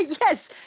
Yes